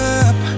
up